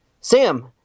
Sam